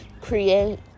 create